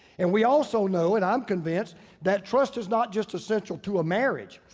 and we also know and i'm convinced that trust is not just a central to a marriage.